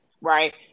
Right